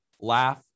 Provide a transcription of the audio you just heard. laugh